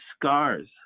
scars